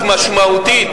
היא משמעותית.